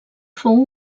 fou